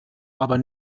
aber